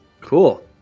Cool